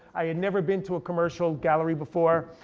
i had never been to a commercial gallery before.